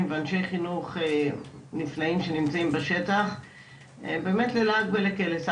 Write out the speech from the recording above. ואנשי חינוך נפלאים שנמצאים בשטח באמת ללעג ולקלס.